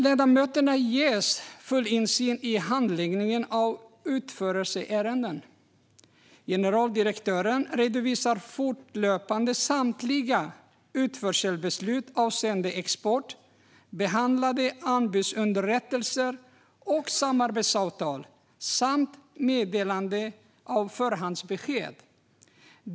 Ledamöterna ges full insyn i handläggningen av utförselärenden. Generaldirektören redovisar fortlöpande samtliga utförselbeslut avseende export, behandlade anbudsunderrättelser och samarbetsavtal samt meddelade förhandsbesked.